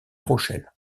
rochelle